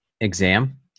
Exam